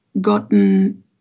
gotten